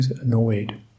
annoyed